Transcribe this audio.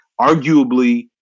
arguably